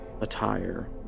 attire